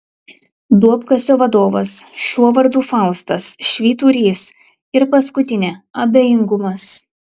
duobkasio vadovas šuo vardu faustas švyturys ir paskutinė abejingumas